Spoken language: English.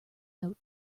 note